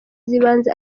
z’ibanze